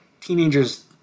teenager's